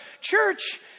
Church